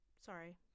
Sorry